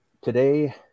today